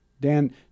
Dan